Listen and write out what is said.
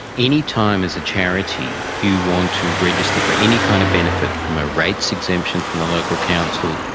any time as a charity you want to register for any kind of benefit, from a rates exemption from the local council,